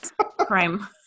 crime